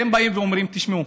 אתם באים ואומרים: תשמעו,